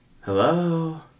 hello